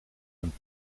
een